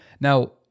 Now